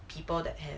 people that have